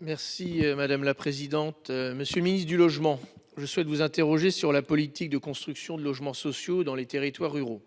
Merci madame la présidente, monsieur le ministre du logement. Je souhaite vous interroger sur la politique de construction de logements sociaux dans les territoires ruraux.